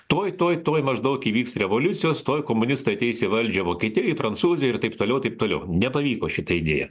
tuoj tuoj tuoj maždaug įvyks revoliucijos tuoj komunistai ateis į valdžią vokietijoj prancūzijoj ir taip toliau taip toliau nepavyko šita idėja